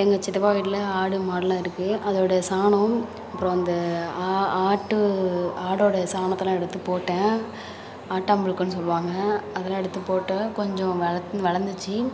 எங்கள் சித்தப்பா வீட்டில் ஆடு மாடெலாம் இருக்குது அதோடு சாணம் அப்புறம் அந்த ஆ ஆட்டு ஆடோடய சாணத்தெல்லாம் எடுத்து போட்டேன் ஆட்டாம் புழுக்கன்னு சொல்வாங்க அதெல்லாம் எடுத்து போட்டேன் கொஞ்சம் வளந்து வளந்திச்சு